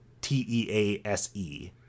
T-E-A-S-E